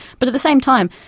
but at the same time,